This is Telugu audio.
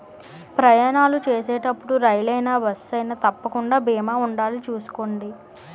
ప్రయాణాలు చేసేటప్పుడు రైలయినా, బస్సయినా తప్పకుండా బీమా ఉండాలి చూసుకోండి